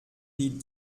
die